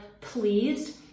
pleased